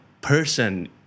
person